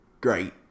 great